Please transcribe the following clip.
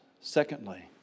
Secondly